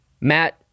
Matt